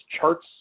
charts